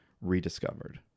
rediscovered